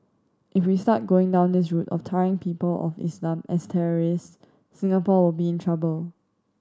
if we start going down this route of tarring people of Islam as terrorists Singapore will be in trouble